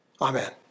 Amen